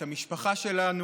את המשפחה שלנו,